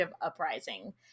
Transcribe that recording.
uprising